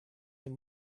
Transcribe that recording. him